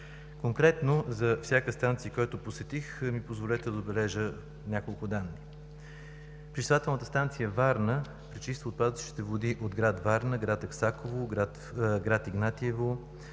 Конкретно за всяка станция, която посетих, ми позволете да отбележа по няколко данни. Пречиствателната станция във Варна пречиства отпадъчните води от град Варна, град Аксаково, град Игнатиево,